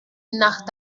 nach